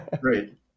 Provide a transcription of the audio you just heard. Great